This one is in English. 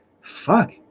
Fuck